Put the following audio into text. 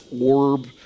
orb